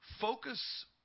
focus